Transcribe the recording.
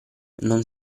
non